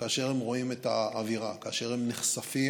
כאשר הם רואים את האווירה, כאשר הם נחשפים